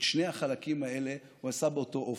את שני החלקים האלה הוא עשה באותו אופן: